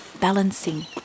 balancing